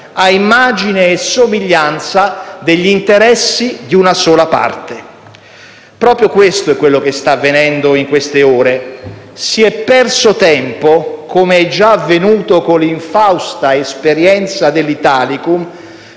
a immagine e somiglianza degli interessi di una sola parte. Proprio questo è quello che sta avvenendo nelle ultime ore. Si è perso tempo - come è già avvenuto con l'infausta esperienza dell'Italicum